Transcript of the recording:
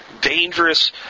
Dangerous